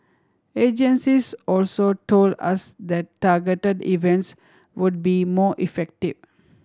agencies also told us that targeted events would be more effective